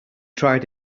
tried